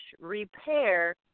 repair